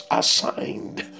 assigned